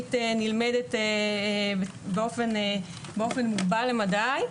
שהערבית נלמדת באופן מוגבל למדי.